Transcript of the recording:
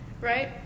Right